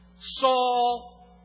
Saul